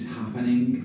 happening